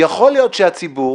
יכול להיות שהציבור